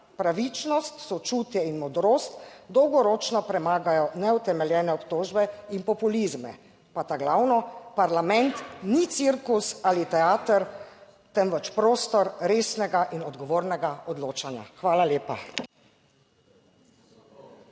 Pravičnost, sočutje in modrost dolgoročno premagajo neutemeljene obtožbe in populizme. Pa ta glavno: parlament ni cirkus ali teater, temveč prostor resnega in odgovornega odločanja. Hvala lepa.